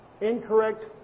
incorrect